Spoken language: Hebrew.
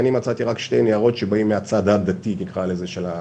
אני מצאתי רק שתי ניירות שמגיעים מהצד הדתי של המפה.